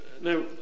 now